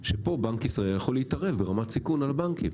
שבנק ישראל יכול להתערב פה ברמת הסיכון על הבנקים.